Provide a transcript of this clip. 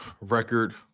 record